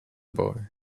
boy